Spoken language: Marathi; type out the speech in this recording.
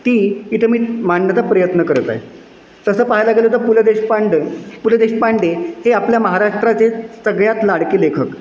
ती इथं मी मांडण्याचा प्रयत्न करत आहे तसं पाहायला गेलं तर पु ल देशपांडे पु ल देशपांडे हे आपल्या महाराष्ट्राचे सगळ्यात लाडके लेखक